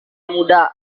muda